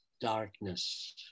darkness